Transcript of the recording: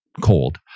cold